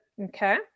Okay